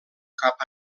cap